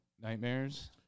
nightmares